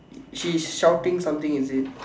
she's shouting something is it